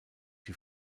die